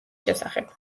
შესახებ